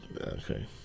okay